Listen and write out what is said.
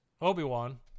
Obi-Wan